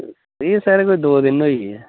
एह् सर कोई दौ दिन होई गे